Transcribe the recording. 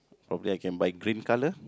probably I can buy cream color